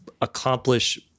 accomplish